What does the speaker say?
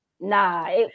Nah